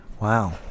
Wow